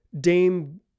Dame